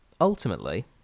Ultimately